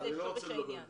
אני לא רוצה לדבר אתה.